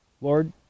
Lord